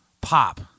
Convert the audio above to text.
pop